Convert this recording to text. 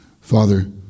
Father